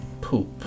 poop